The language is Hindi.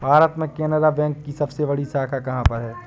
भारत में केनरा बैंक की सबसे बड़ी शाखा कहाँ पर है?